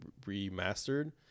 remastered